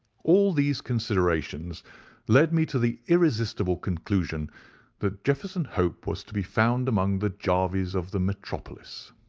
all these considerations led me to the irresistible conclusion that jefferson hope was to be found among the jarveys of the metropolis.